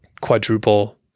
quadruple